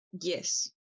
Yes